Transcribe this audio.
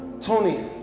Tony